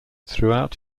throughout